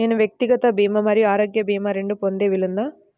నేను వ్యక్తిగత భీమా మరియు ఆరోగ్య భీమా రెండు పొందే వీలుందా?